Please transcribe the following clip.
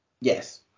Yes